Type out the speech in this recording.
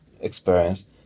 experience